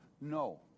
no